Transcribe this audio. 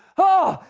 aah!